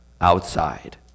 outside